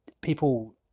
people